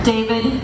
David